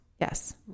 Yes